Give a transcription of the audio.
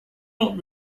not